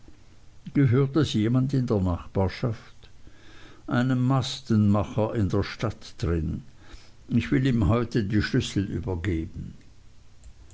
gehört es jemand in der nachbarschaft einem mastenmacher in der stadt drin ich will ihm heute die schlüssel übergeben